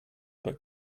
but